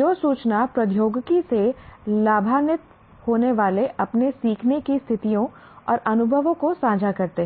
जो सूचना प्रौद्योगिकी से लाभान्वित होने वाले अपने सीखने की स्थितियों और अनुभवों को साझा करते हैं